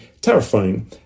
terrifying